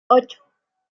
ocho